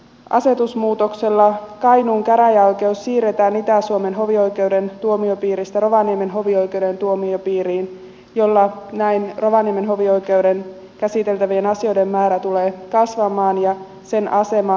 asetusmuutoksella kainuun käräjäoikeus siirretään itä suomen hovioikeuden tuomiopiiristä rovaniemen hovioikeuden tuomiopiiriin jolla näin rovaniemen hovioikeuden käsiteltävien asioiden määrä tulee kasvamaan ja sen asema vahvistuu